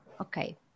Okay